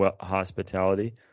hospitality